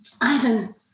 Ivan